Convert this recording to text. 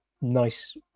nice